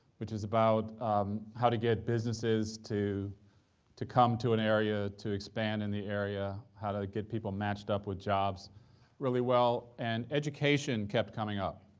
which is about how to get businesses to to come to an area, to expand in the area, how to get people matched up with jobs really well, and education kept coming up.